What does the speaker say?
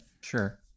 sure